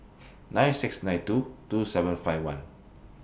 nine six nine two two seven five one